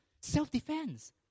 Self-defense